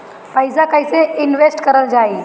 पैसा कईसे इनवेस्ट करल जाई?